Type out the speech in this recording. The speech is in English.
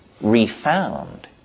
refound